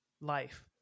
life